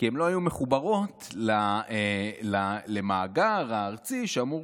כי הן לא היו מחוברות למאגר הארצי שאמור